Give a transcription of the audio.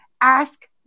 ask